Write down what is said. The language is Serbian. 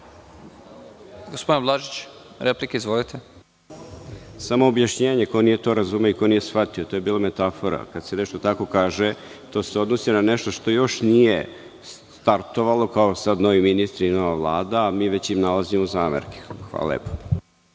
**Branislav Blažić** Samo objašnjenje, ko nije to razumeo i ko nije shvatio, to je bila metafora. Kada se tako nešto kaže, to se odnosi na nešto što još nije startovalo, kao sad novi ministri i nova Vlada, a mi im već nalazimo zamerke. Hvala lepo.